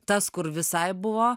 tas kur visai buvo